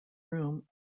room